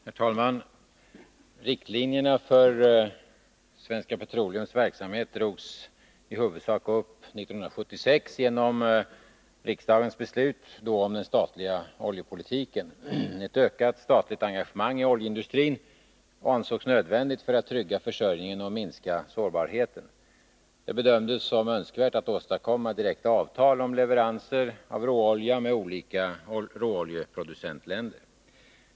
Herr talman! Riktlinjerna för Svenska Petroleums verksamhet drogs i huvudsak upp 1976 genom riksdagens beslut om den statliga oljepolitiken. Ett ökat statligt engagemang i oljeindustrin ansågs nödvändigt för att trygga försörjningen och minska sårbarheten. Det bedömdes som önskvärt att åstadkomma direkta avtal om leveranser av råolja med olika råoljeproducentländer.